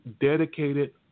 dedicated